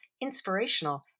inspirational